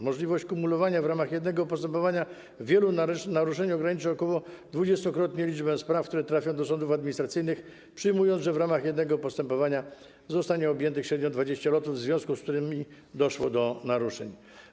Możliwość kumulowania w ramach jednego postępowania wielu naruszeń ograniczy ok. dwudziestokrotnie liczbę spraw, które trafią do sądów administracyjnych, przyjmując, że jednym postępowaniem zostanie objętych średnio 20 lotów, w związku z którymi doszło do naruszeń.